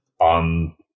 on